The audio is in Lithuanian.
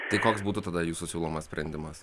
tai koks būtų tada jūsų siūlomas sprendimas